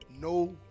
No